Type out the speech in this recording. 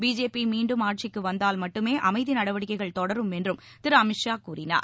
பிஜேபிமீண்டும் ஆட்சிக்குவந்தால் மட்டுமேஅமைதிநடவடிக்கைகள் தொடரும் என்றும் திருஅமித் ஷா கூறினார்